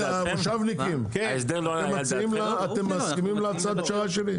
המושבניקים, אתם מסכימים להצעת הפשרה שלי?